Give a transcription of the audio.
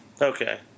Okay